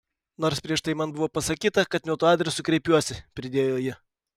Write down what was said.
nors prieš tai man buvo pasakyta kad ne tuo adresu kreipiuosi pridėjo ji